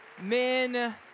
Men